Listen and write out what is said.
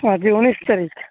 ଆଜି ଉଣେଇଶ ତାରିଖ